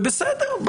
בסדר,